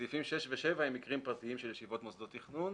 סעיפים 6 ו-7 הם מקרים פרטיים של ישיבות מוסדות תכנון.